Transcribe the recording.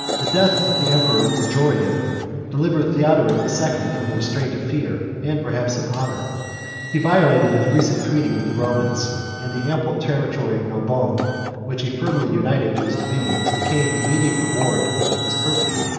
the death of the emperor majorian delivered theodoric the second from the restraint of fear, and perhaps of honor he violated his recent treaty with the romans and the ample territory of narbonne, which he firmly united to his dominions, became the immediate reward of his perfidy.